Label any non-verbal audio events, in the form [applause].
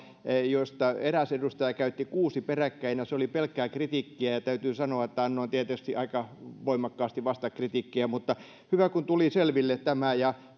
joista eräs edustaja käytti kuusi peräkkäin ja se oli pelkkää kritiikkiä ja täytyy sanoa että annoin tietysti aika voimakkaasti vastakritiikkiä mutta hyvä kun tuli selville tämä ja [unintelligible]